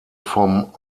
vom